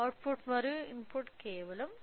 output మరియు input కేవలం 0